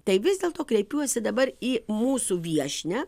tai vis dėlto kreipiuosi dabar į mūsų viešnią